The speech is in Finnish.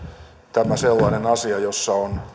tämä sellainen asia jossa on